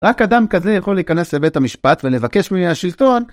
רק אדם כזה יכול להיכנס לבית המשפט ולבקש מהשלטון.